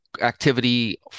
activity